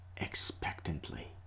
expectantly